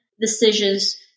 decisions